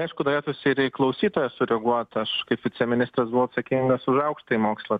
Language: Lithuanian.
aišku norėtųsi ir į klausytoją suredaguot aš kaip viceministras buvau atsakingas už aukštąjį mokslą